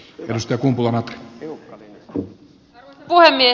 arvoisa puhemies